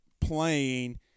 playing